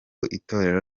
itorero